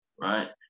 Right